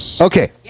Okay